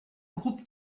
groupe